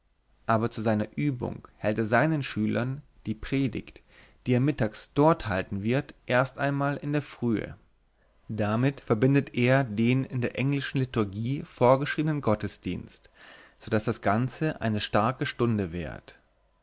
aber zu seiner übung hält er seinen schülern die predigt die er mittags dort halten wird erst einmal in der frühe damit verbindet er den in der englischen liturgie vorgeschriebenen gottesdienst so daß das ganze eine starke stunde währt